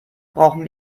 brauchen